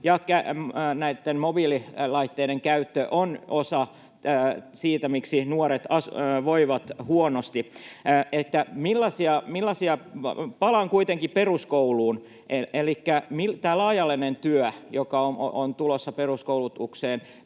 mobiililaitteiden käyttö ovat osa sitä, miksi nuoret voivat huonosti. Palaan kuitenkin peruskouluun. Elikkä tämä laaja-alainen työ, joka on tulossa peruskoulutukseen: